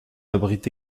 abrite